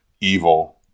evil